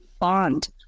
bond